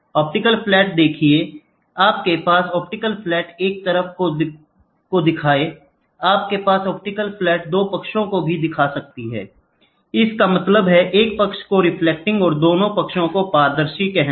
optical flat देखें आपके पास ऑप्टिकल फ्लैट एक तरफ को देखिए आपके ऑप्टिकल फ्लैट दो पक्षों को भी देख सकते हैं इसका मतलब है एक पक्ष को रिफ्लेक्टिंग और दोनों पक्षों को पारदर्शी कहना